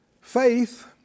Faith